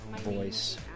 voice